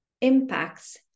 impacts